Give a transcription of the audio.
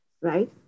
right